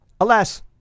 Alas